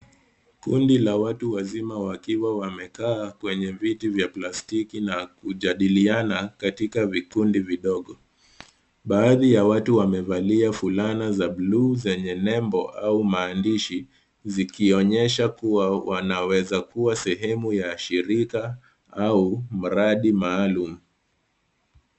Kundi la watu wazima wakiwa wamekaa kwenye viti vya plastiki na kujadiliana katika vikundi vidogo. Baadhi ya watu wamevalia fulana za buluu zenye nembo au maadishi zikioyesha kuwa wanaweza kuwa sehemu ya shirika au mradi maalum.